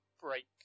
break